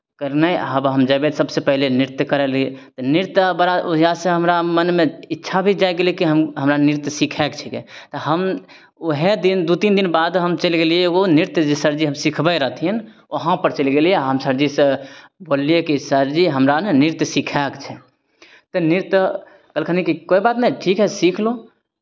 कहलियै नहि आब हम जयबै सभसँ पहिले नृत्य करय लिए नृत्य बड़ा ओहियासँ हमरा मनमे इच्छा भी जागि गेलै कि हम हमरा नृत्य सिखयके छिकै तऽ हम उएह दिन दू तीन दिन बाद हम चलि गेलियै एगो नृत्य जे सरजी सिखबै रहथिन उहाँपर चलि गेलियै हम सरजीसँ बोललियै कि सरजी हमरा ने नृत्य सिखयके छै तऽ नृत्य कहलखिन कि कोइ बात नहि ठीक है सीख लो